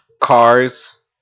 cars